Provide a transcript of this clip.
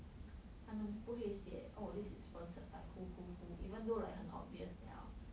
他们不会写 oh this is sponsored by who who who even though like 很 obvious liao